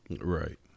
Right